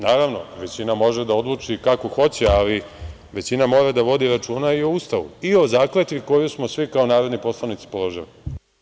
Naravno, većina može da odluči kako hoće, ali većina mora da vodi računa i o Ustavu i o zakletvi koju smo svi kao narodni poslanici položili.